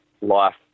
life